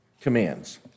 commands